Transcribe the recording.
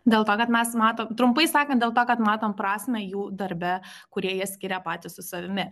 dėl to kad mes matome trumpai sakant dėl to kad matome prasmę jų darbe kūrėja skiria patys su savimi